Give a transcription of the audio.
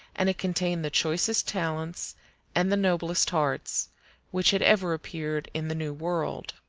and it contained the choicest talents and the noblest hearts which had ever appeared in the new world.